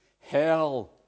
hell